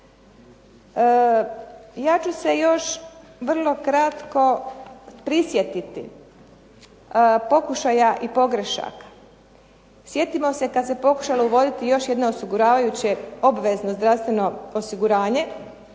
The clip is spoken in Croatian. Ja ću se još vrlo kratko prisjetiti pokušaja i pogrešaka. Sjetimo se kad se pokušalo uvoditi još jedno osiguravajuće obvezno zdravstveno osiguranje,